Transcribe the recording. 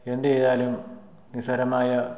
എന്തു ചെയ്താലും നിസ്സാരമായ